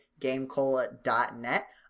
gamecola.net